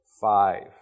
five